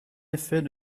effet